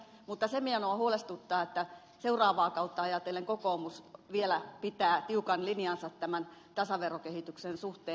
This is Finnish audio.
mutta se minua huolestuttaa että seuraavaa kautta ajatellen kokoomus vielä pitää tiukan linjansa tasaverokehityksen suhteen